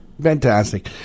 Fantastic